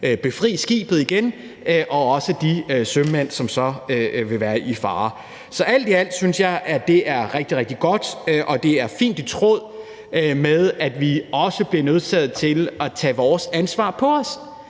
befri skibet igen og også de sømænd, som så vil være i fare. Så alt i alt synes jeg, at det er rigtig, rigtig godt, og at det er fint i tråd med, at vi også bliver nødsaget til at tage vores ansvar på os,